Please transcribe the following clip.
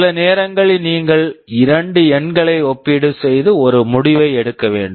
சில நேரங்களில் நீங்கள் இரண்டு எண்களை ஒப்பீடு செய்து ஒரு முடிவை எடுக்க வேண்டும்